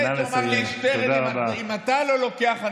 נא לסיים.